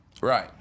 Right